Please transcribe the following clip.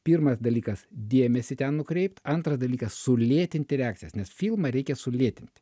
pirmas dalykas dėmesį ten nukreipt antras dalykas sulėtinti reakcijas nes filmą reikia sulėtinti